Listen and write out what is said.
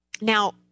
Now